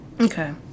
Okay